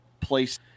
place